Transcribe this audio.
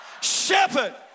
shepherd